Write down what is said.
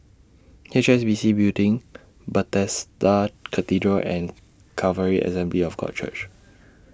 H S B C Building Bethesda Cathedral and Calvary Assembly of God Church